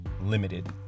limited